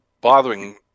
bothering